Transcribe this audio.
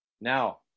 Now